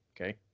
okay